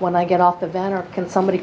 when i get off the van or can somebody